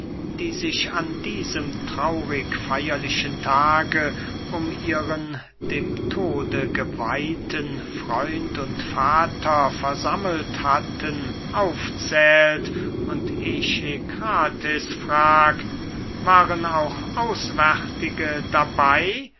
die sich an diesem traurig feierlichen tage um ihren dem tode geweihten freund und vater versammelt hatten aufzählt und echekrates fragt waren auch auswärtige dabey